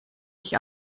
ich